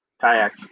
kayak